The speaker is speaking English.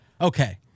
Okay